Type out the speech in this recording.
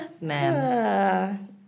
Ma'am